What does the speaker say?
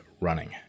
running